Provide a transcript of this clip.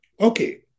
Okay